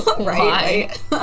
Right